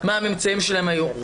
מה הממצאים שלהם היום.